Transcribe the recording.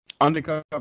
Undercover